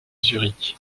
zurich